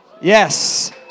Yes